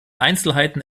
einzelheiten